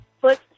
foot